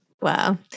Wow